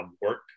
work